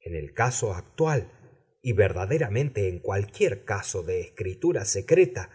en el caso actual y verdaderamente en cualquier caso de escritura secreta